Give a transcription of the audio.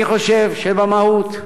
אני חושב שבמהות,